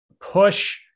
push